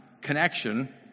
connection